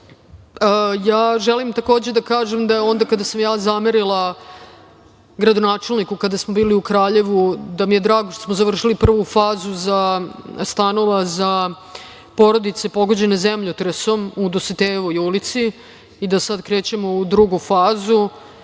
takođe da kažem da onda kada sam ja zamerila gradonačelniku kada smo bili u Kraljevu, da mi je drago što smo završili prvu fazu stanova za porodice pogođene zemljotresom u Dositejevoj ulici i da sad krećemo u drugu fazu